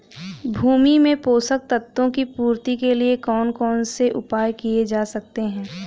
भूमि में पोषक तत्वों की पूर्ति के लिए कौन कौन से उपाय किए जा सकते हैं?